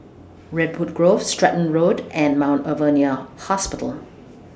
Redwood Grove Stratton Road and Mount Alvernia Hospital